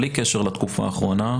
בלי קשר לתקופה האחרונה,